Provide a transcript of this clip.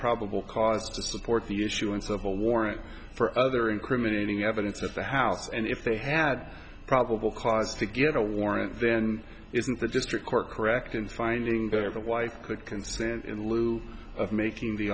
probable cause to support the issuance of a warrant for other incriminating evidence at the house and if they had probable cause to get a warrant then isn't the district court correct in finding that or the wife could consent in lieu of making the